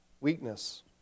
weakness